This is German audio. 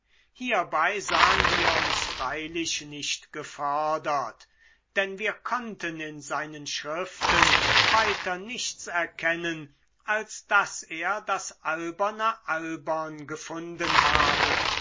hierbei sahen wir uns freilich nicht gefördert denn wir konnten in seinen schriften weiter nichts erkennen als daß er das alberne albern gefunden habe